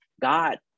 God